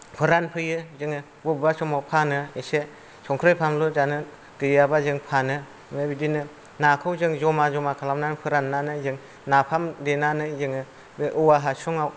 फोरानफैयो जोङो बबेबा समाव फानो एसे संख्रै फानलु जानो गैयाबा जों फानो ओमफ्राय बिदिनो नाखौ जों जमा जमा खालामनानै फोरान्नानै जों नाफाम देनानै जोङो बे औवा हासुङाव